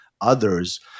others